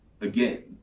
again